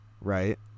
right